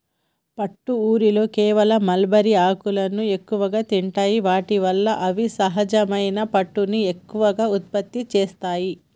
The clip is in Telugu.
పట్టు ఊరిలో కేవలం మల్బరీ ఆకులను ఎక్కువగా తింటాయి వాటి వల్ల అవి సహజమైన పట్టుని ఎక్కువగా ఉత్పత్తి చేస్తాయి